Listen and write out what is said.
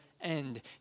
end